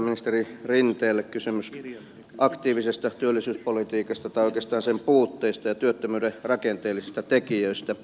valtiovarainministeri rinteelle kysymys aktiivisesta työllisyyspolitiikasta tai oikeastaan sen puutteesta ja työttömyyden rakenteellisista tekijöistä